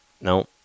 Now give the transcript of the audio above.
No